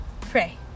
pray